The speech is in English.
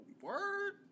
word